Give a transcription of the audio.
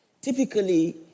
Typically